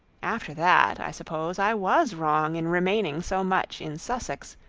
after that, i suppose, i was wrong in remaining so much in sussex,